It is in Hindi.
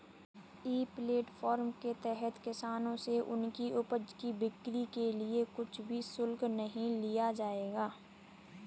ई प्लेटफॉर्म के तहत किसानों से उनकी उपज की बिक्री के लिए कुछ भी शुल्क नहीं लिया जाएगा